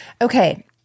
Okay